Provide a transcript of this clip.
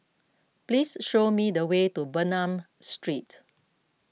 please show me the way to Bernam Street